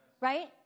right